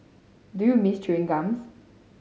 do you miss chewing gums